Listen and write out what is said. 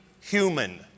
human